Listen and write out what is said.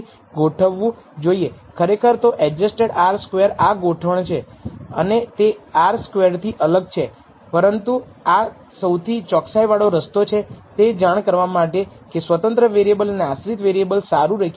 ખરેખર તો adjusted R square આ ગોઠવણ કરે છે અને તે R સ્ક્વેરડ થી અલગ છે પરંતુ આ સૌથી ચોકસાઈ વાળો રસ્તો છે તે જાણવા માટે કે સ્વતંત્ર વેરિએબલ અને આશ્રિત વેરિએબલ સારુ રેખીય મોડલ છે